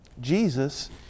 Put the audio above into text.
jesus